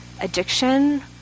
addiction